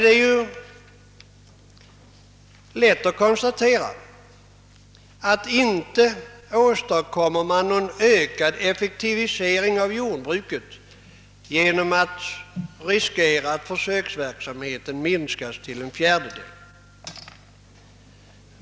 Det är lätt att konstatera att man inte åstadkommer någon effektivisering av jordbruket genom att riskera att försöksverksamheten minskas till en fjärdedel.